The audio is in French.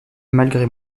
malgré